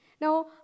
Now